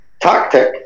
tactic